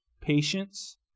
patience